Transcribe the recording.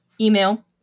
email